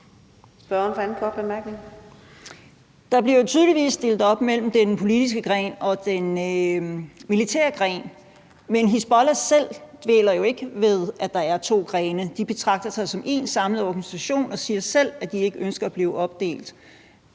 Der bliver tydeligvis skelnet mellem den politiske gren og den militære gren, men Hizbollah selv deler det jo ikke op i to grene; de betragter sig som en samlet organisation og siger selv, at de ikke ønsker at blive opdelt.